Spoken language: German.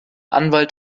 anwalt